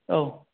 औ